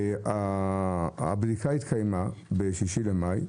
הבדיקה התקיימה ב-6 במאי.